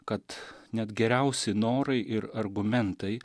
kad net geriausi norai ir argumentai